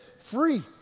free